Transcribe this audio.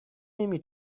نمی